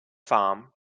farm